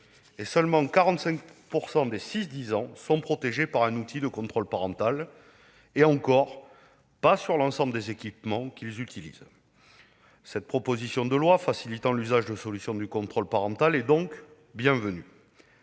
% des enfants de 6 à 10 ans sont protégés par un outil de contrôle parental, et encore, pas sur l'ensemble des équipements qu'ils utilisent. Cette proposition de loi qui vise à faciliter l'usage du contrôle parental est donc bienvenue.